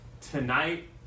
tonight